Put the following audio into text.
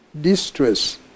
distress